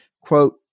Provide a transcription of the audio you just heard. quote